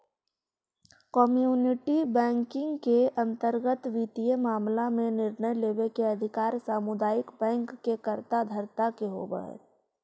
community banking के अंतर्गत वित्तीय मामला में निर्णय लेवे के अधिकार सामुदायिक बैंक के कर्ता धर्ता के होवऽ हइ